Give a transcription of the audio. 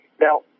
Now